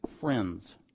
friends